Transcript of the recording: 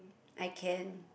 I can